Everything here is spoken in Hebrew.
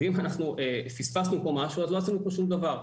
אם פספסנו כאן משהו, לא עשינו כאן שום דבר.